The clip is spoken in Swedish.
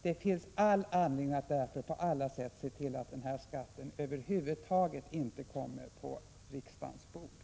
Det finns all anledning att se till att förslag till sådan skatt över huvud taget inte kommer på riksdagens bord.